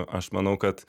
aš manau kad